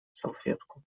салфетку